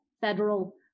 federal